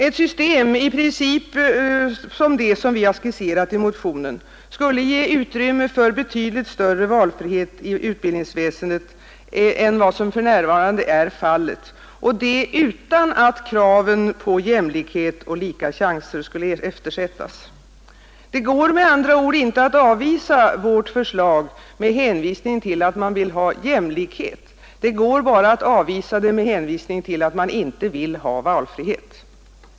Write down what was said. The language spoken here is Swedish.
Ett system i princip uppbyggt som det vi skisserat i motionen skulle ge utrymme för en betydligt större valfrihet i utbildningsväsendet än vad som för närvarande är fallet och det utan att kravet på jämlikhet och lika chanser skulle eftersättas. Det går med andra ord inte att avvisa vårt förslag med hänvisning till att man vill ha jämlikhet. Det går bara att avvisa förslaget med hänvisning till att man inte vill ha valfrihet.